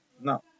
No